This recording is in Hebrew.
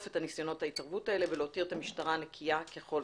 את ניסיונות ההתערבות האלה ולהוציא את המשטרה נקייה ככל